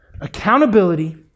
Accountability